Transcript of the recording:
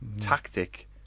tactic